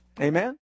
Amen